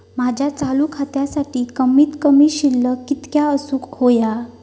माझ्या चालू खात्यासाठी कमित कमी शिल्लक कितक्या असूक होया?